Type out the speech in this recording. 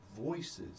voices